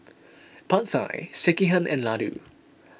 Pad Thai Sekihan and Ladoo